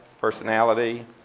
Personality